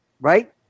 Right